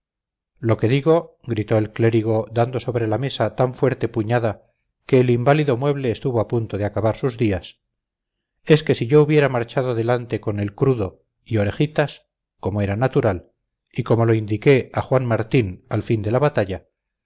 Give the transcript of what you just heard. lo que digo gritó el clérigo dando sobre la mesa tan fuerte puñada que el inválido mueble estuvo a punto de acabar sus días es que si yo hubiera marchado delante con el crudo y orejitas como era natural y como lo indiqué a juan martín al fin de la batalla